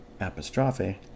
apostrophe